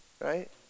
Right